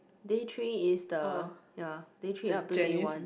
day three is the ya day three up to day one